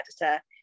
editor